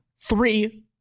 three